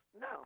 No